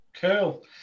Cool